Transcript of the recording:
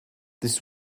this